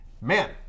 Man